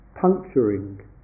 puncturing